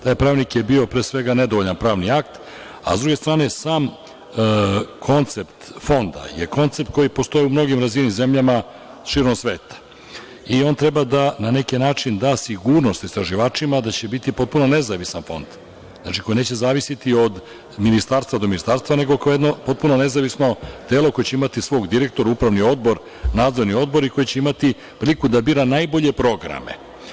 Taj pravilnik je bio pre svega nedovoljni pravni akt, a s druge strane sam koncept fonda je koncept koji postoji u mnogim razvijenim zemljama širom sveta i on treba da na neki način da sigurnost istraživačima da će biti potpuno nezavistan fond, znači, koji neće zavisiti od ministarstva do ministarstva, nego kao jedno potpuno nezavisno telo koje će imati svog direktora, upravni odbor, nadzorni odbor i koji će imati priliku da bira najbolje programe.